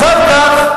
יש ממשלה,